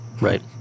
Right